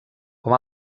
com